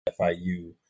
FIU